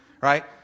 right